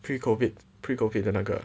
pre covid pre covid 的那个